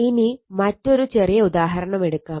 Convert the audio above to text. ഇനി മറ്റൊരു ചെറിയ ഉദാഹരണം എടുക്കാം